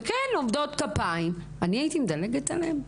וכן עובדות כפיים, אני הייתי מדלגת עליהן?